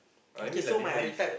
I mean like before this